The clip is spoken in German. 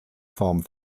form